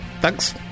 Thanks